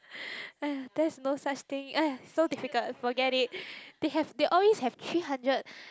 that's no such thing eh so difficult forget it they have they always have three hundred